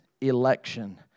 election